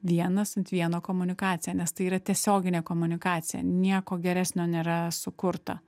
vienas ant vieno komunikacija nes tai yra tiesioginė komunikacija nieko geresnio nėra sukurta